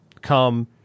come